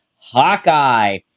Hawkeye